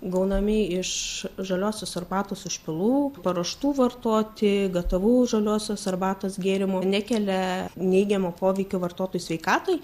gaunami iš žaliosios arbatos užpilų paruoštų vartoti gatavų žaliosios arbatos gėrimų nekelia neigiamo poveikio vartotojų sveikatai